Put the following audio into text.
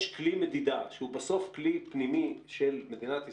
כלי מדידה שהוא בסוף כלי פנימי של מדינת ישראל,